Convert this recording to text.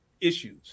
issues